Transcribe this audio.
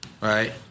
Right